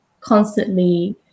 constantly